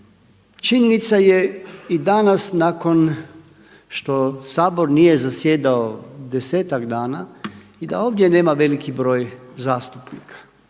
Činjenica je i danas nakon što Sabor nije zasjedao 10-ak dana i da ovdje nema veliki broj zastupnika.